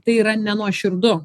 tai yra nenuoširdu